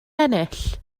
ennill